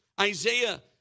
Isaiah